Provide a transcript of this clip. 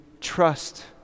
trust